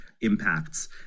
impacts